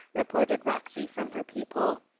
reported roxy, from her peep-hole.